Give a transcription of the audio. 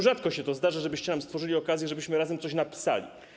Rzadko się to zdarza, żebyście nam stworzyli okazję, żebyśmy razem coś napisali.